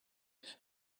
and